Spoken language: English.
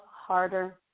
harder